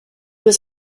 was